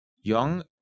young